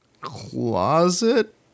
closet